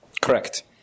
Correct